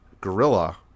gorilla